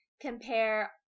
compare